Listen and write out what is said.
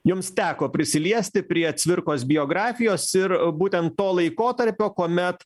jums teko prisiliesti prie cvirkos biografijos ir būtent to laikotarpio kuomet